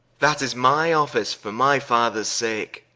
that is my office, for my fathers sake